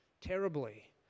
terribly